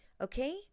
okay